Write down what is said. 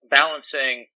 balancing